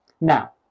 Now